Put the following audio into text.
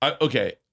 okay